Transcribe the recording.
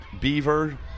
Beaver